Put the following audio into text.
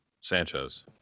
Sanchez